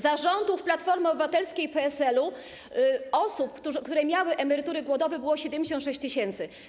Za rządów Platformy Obywatelskiej i PSL-u osób, które miały emerytury głodowe, było 76 tys.